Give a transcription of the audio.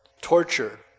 torture